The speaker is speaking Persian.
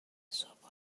صبحها